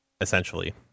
essentially